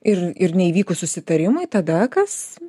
ir ir neįvykus susitarimui tada kas